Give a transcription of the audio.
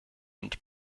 und